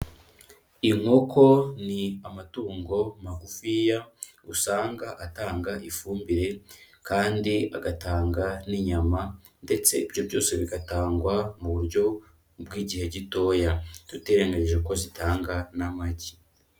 Inkoko ni amatungo magufiya, usanga atanga ifumbire kandi agatanga n'inyama ndetse ibyo byose bigatangwa mu buryo bw'igihe gitoya, tutirenganyije ko zitanga n'amagi.